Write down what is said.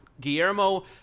Guillermo